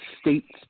States